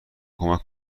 کمک